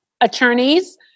attorneys